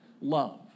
love